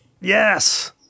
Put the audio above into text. yes